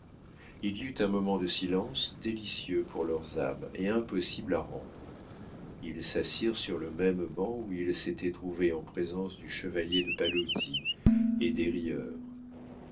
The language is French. il y eut un moment de silence délicieux pour leurs âmes et impossible à rendre ils s'assirent sur le même banc où ils s'étaient trouvés en présence du chevalier de paluzzi et des rieurs